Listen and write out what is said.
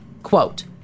Quote